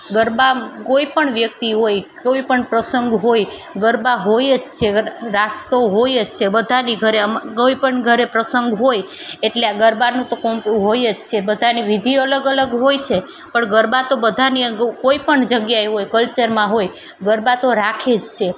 ગરબા કોઈ પણ વ્યક્તિ હોય કોઈ પણ પ્રંસગ હોય ગરબા હોય જ છે રાસ તો હોય જ છે બધાની ઘરે આમાં કોઈ પણ ઘરે પ્રસંગ હોય એટલે ગરબાનું તો કોમ્પું હોય જ છે બધાની વિધિ અલગ અલગ હોય છે પણ ગરબા તો બધાને કોઈ પણ જગ્યા હોય કલ્ચરમાં હોય ગરબા તો રાખે જ છે